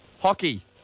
hockey